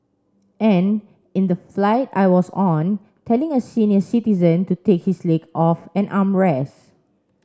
and in the flight I was on telling a senior citizen to take his leg off an armrest